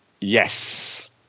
Yes